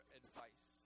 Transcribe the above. advice